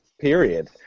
period